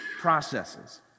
processes